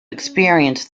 experience